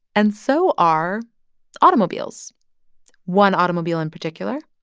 and so are automobiles one automobile in particular